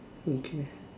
okay